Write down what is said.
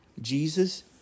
Jesus